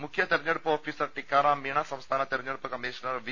മുഖ്യ തെരഞ്ഞെടുപ്പ് ഓഫീസർ ടിക്കാറാം മീണ സംസ്ഥാന തെരഞ്ഞെടുപ്പ് കമ്മീഷണർ വി